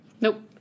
Nope